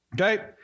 okay